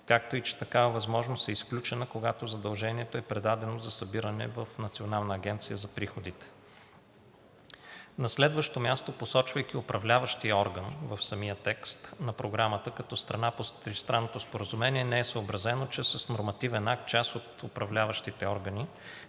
както и че такава възможност е изключена, когато задължението е предадено за събиране в Националната агенция за приходите. На следващо място, посочвайки управляващия орган в самия текст на програмата като страна по тристранното споразумение, не е съобразено, че с нормативен акт част от управляващите органи